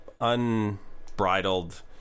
unbridled